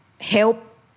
help